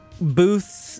booths